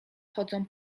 chodzą